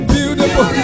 Beautiful